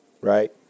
right